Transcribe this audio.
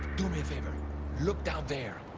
do me a favor. look down there.